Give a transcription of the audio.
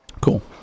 Cool